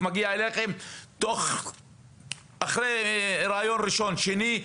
מגיע אליכם אחרי ראיון ראשון שני,